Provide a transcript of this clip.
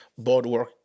Boardwork